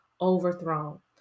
overthrown